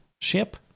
ship